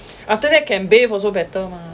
after that can bathe also better mah